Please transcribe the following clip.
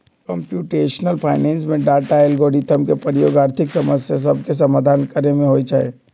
computational finance में data, algorithm के प्रयोग आर्थिक समस्या सभके समाधान करे में होइ छै